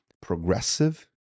progressive